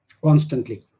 constantly